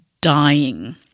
dying